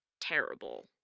terrible